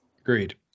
agreed